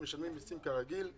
הם משלמים מיסים כרגיל,